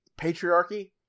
patriarchy